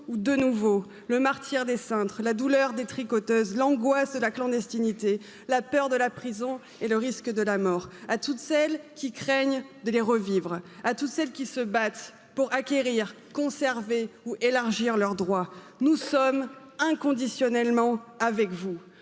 ou de nouveau le martyre des cintres, la douleur des tricoteuses, l'angoisse la peur de la prison et le risque de la mort à toutes celles qui craignent de les revivre, à toutes celles qui se battent pour acquérir, conserver ou élargir leurs nous sommes inconditionnellement avec vous,